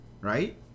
right